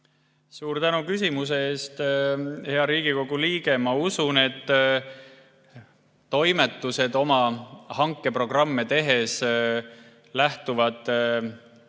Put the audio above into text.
Suur tänu küsimuse eest, hea Riigikogu liige! Ma usun, et toimetused oma hankeprogramme tehes lähtuvad